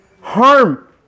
harm